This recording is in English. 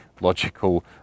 logical